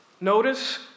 Notice